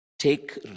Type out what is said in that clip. take